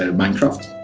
ah minecraft